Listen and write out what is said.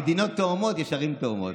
למדינות תואמות יש ערים תואמות.